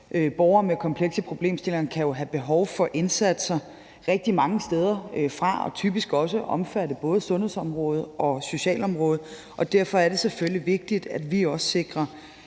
Borgere med komplekse problemstillinger kan jo have behov for indsatser rigtig mange steder fra, og det kan typisk også omfatte både sundhedsområdet og socialområdet. Derfor er det vigtigt, at vi også sikrer